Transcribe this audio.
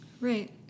Right